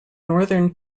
northern